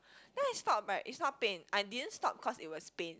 then I stop but it's not pain I didn't stop cause it was pain